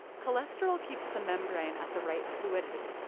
cholesterol keeps the membrane at the right fluidity.